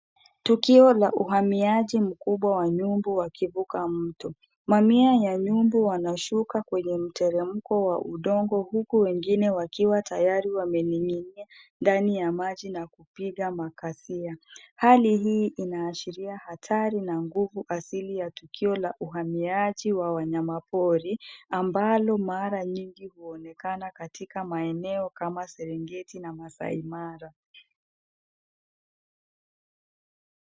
Tukio la uhamiaji mkubwa wa nyumbu wakivuka mto. Mamia ya nyumbu wanashuka kwenye mteremko wa udongo huku wengine wakiwa tayari wamening'inia ndani ya maji na kupiga makasia. Hali hii inaashiria hatari na nguvu asili ya tukio la uhamiaji wa wanyamapori, ambalo mara nyingi huonekana katika maeneno kama Serengeti na Maasai Mara.